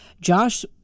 Josh